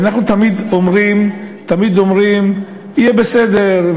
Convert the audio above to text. אנחנו תמיד אומרים: יהיה בסדר,